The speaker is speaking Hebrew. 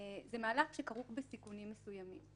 זה מהלך שכרוך בסיכונים מסוימים.